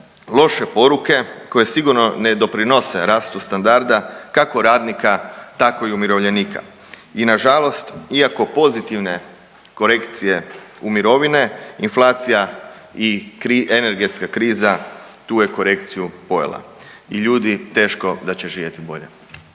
loše poruke koje sigurno ne ne doprinose rastu standarda kako radnika tako i umirovljenike i nažalost iako pozitivne korekcije u mirovine, inflacija i energetska kriza tu je korekciju pojela i ljudi teško da će živjeti bolje.